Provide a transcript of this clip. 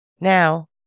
Now